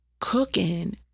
cooking